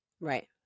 right